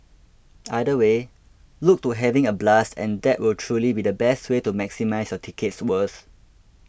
either way look to having a blast and that will truly be the best way to maximising your ticket's worth